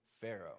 Pharaoh